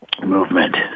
movement